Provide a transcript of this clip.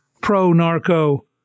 pro-narco